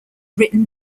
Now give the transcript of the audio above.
written